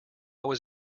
was